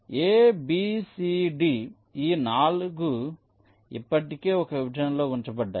కాబట్టి A B C D ఈ 4 ఇప్పటికే ఒక విభజనలో ఉంచబడ్డాయి